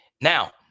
Now